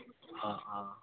অঁ অঁ